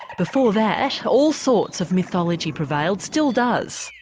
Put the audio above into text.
before that all sorts of mythology prevailed, still does.